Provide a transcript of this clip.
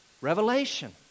revelation